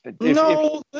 No